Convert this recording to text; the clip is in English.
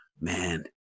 man